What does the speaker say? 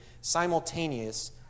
simultaneous